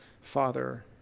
Father